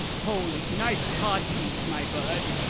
holy nice codpiece, my bud.